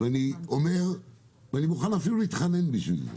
ואני מוכן אפילו להתחנן בשביל זה,